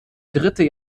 dritte